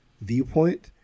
viewpoint